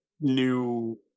new